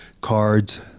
cards